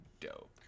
dope